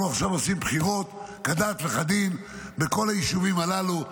אנחנו עכשיו עושים בחירות כדת וכדין בכל היישובים הללו.